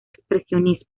expresionismo